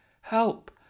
Help